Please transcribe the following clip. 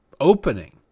opening